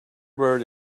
bird